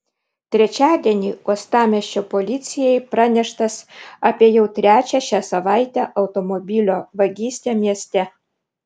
trečiadienį uostamiesčio policijai praneštas apie jau trečią šią savaitę automobilio vagystę mieste